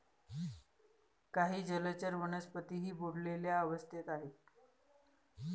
काही जलचर वनस्पतीही बुडलेल्या अवस्थेत आहेत